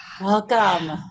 Welcome